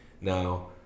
Now